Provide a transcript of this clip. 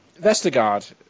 Vestergaard